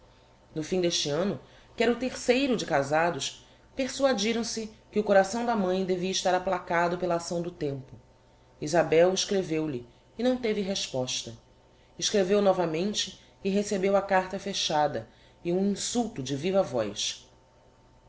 no fim d'este anno que era o terceiro de casados persuadiram se que o coração da mãi devia estar aplacado pela acção do tempo isabel escreveu-lhe e não teve resposta escreveu novamente e recebeu a carta fechada e um insulto de viva voz